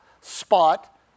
spot